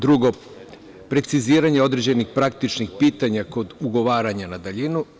Drugo, preciziranje određenih praktičnih pitanja kod ugovaranja na daljinu.